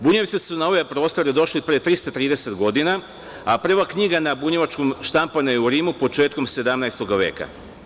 Bunjevci su na ove prostore došli pre 330 godina, a prva knjiga štampana na bunjevačkom jeziku, štampana je u Rimu, početkom 17. veka.